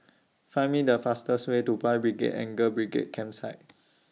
Find The fastest Way to Boys' Brigade and Girls' Brigade Campsite